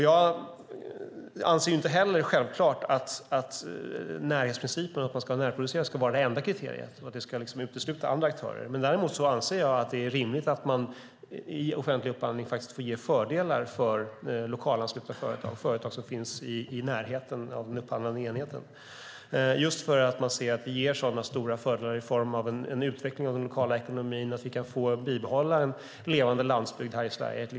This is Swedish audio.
Jag anser naturligtvis inte heller att närproducerat ska vara det enda kriteriet och att det ska utesluta andra aktörer. Däremot anser jag att det är rimligt att man i offentlig upphandling får ge fördelar till lokalanslutna företag - företag som finns i närheten av den upphandlande enheten. Det ger stora fördelar när det gäller utvecklingen av den lokala ekonomin att vi kan behålla en levande landsbygd i Sverige.